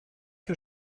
que